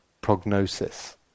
prognosis